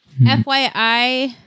FYI